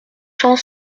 cent